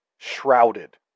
shrouded